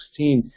2016